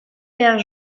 père